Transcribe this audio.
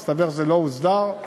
והסתבר זה לא הוסדר.